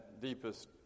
deepest